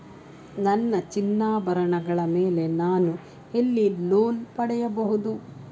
ನನ್ನ ಚಿನ್ನಾಭರಣಗಳ ಮೇಲೆ ನಾನು ಎಲ್ಲಿ ಲೋನ್ ಪಡೆಯಬಹುದು?